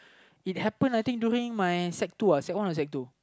it happen I think during my sec two uh sec one or sec two